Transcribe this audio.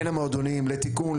לתיקון,